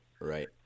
Right